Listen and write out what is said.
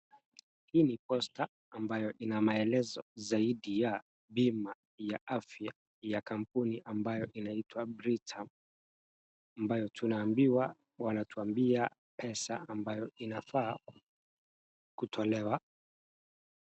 Hii ni poster ambayo ina maelezo zaidi ya bima ya afya ya kampuni ambayo inaitwa Britam ambayo tunaambiwa wanatuambia pesa ambayo inafaa kutolewa.